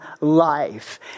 life